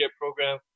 program